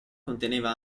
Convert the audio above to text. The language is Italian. conteneva